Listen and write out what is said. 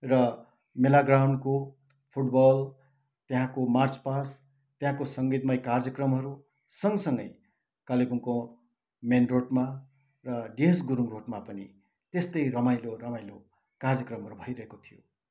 र मेला ग्राउन्डको फुटबल त्यहाँको मार्चपास्ट त्यहाँको सङ्गीतमय कार्यक्रमहरूसँगसँगै कालेबुङको मेन रोडमा र डिएस गुरुङ रोडमा पनि त्यस्तै रमाइलो रमाइलो कार्यक्रमहरू भइरहेको थियो